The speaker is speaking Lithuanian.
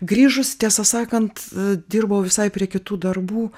grįžus tiesą sakant dirbau visai prie kitų darbų